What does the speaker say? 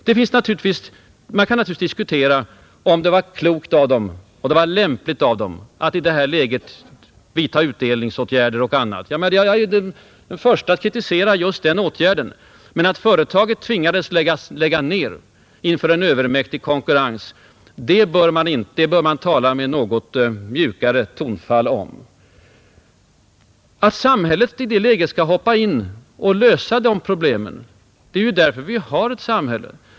Man kan naturligtvis diskutera om det var klokt eller lämpligt av företaget att i detta läge vidta utdelningsåtgärder. Jag är den förste att kritisera just detta. Men att företaget tvingades lägga ned driften inför en övermäktig konkurrens, det bör man tala om med mjukare tonfall. Samhället skall i sådana lägen gripa in och lösa problemen. Det är ju därför som vi har ett samhälle.